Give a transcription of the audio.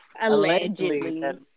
Allegedly